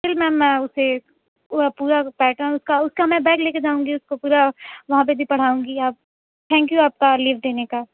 actually ma'am میں اُسے پورا پورا پیٹرنس اُس کا اُس کا میں بیگ لے کے جاؤں گی اُس کو پورا وہاں پہ بھی پڑھاؤں گی آپ تھینک یو آپ کا لیو دینے کا